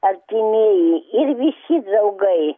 artimieji ir visi draugai